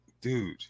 dude